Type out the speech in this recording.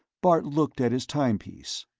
bart looked at his timepiece.